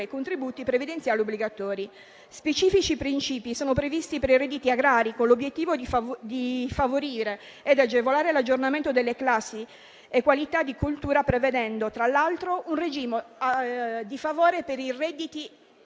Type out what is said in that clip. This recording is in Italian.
i contributi previdenziali obbligatori. Specifici principi sono previsti per i redditi agrari, con l'obiettivo di favorire ed agevolare l'aggiornamento delle classi e qualità di coltura, prevedendo tra l'altro un regime di favore per i redditi